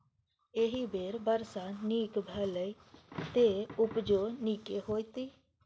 एहि बेर वर्षा नीक भेलैए, तें उपजो नीके हेतै